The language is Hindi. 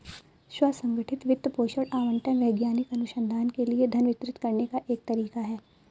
स्व संगठित वित्त पोषण आवंटन वैज्ञानिक अनुसंधान के लिए धन वितरित करने का एक तरीका हैं